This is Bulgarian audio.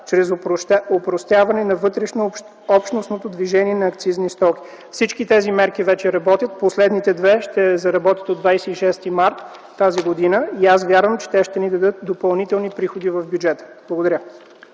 чрез опростяване на вътрешнобщностното движение на акцизни стоки. Всички тези мерки вече работят. Последните две ще заработят от 26 март т.г. и аз вярвам, че те ще ни дадат допълнителни приходи в бюджета. Благодаря.